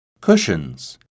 Cushions